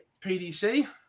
PDC